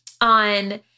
on